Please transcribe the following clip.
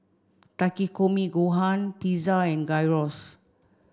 Takikomi Gohan Pizza and Gyros